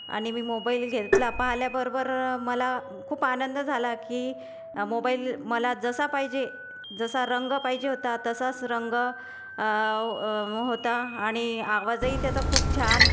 आणि मी मोबाईल घेतला पाहिल्याबरोबर मला खूप आनंद झाला की मोबाईल मला जसा पाहिजे जसा रंग पाहिजे होता तसाच रंग ओ होता आणि आवाजही त्याचा खूप छान